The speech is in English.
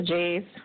Jays